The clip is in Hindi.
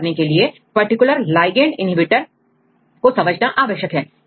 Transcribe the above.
यह करने के लिए पर्टिकुलर ligand inhibitor को समझना आवश्यक है